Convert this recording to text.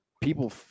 people